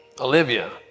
Olivia